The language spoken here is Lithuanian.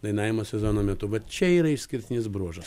dainavimo sezono metu va čia yra išskirtinis bruožas